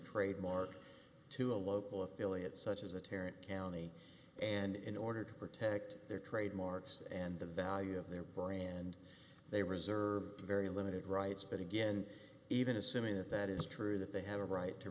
trademark to a local affiliate such as a terror county and in order to protect their trademarks and the value of their brand and they reserve very limited rights but again even assuming that that is true that they have a right to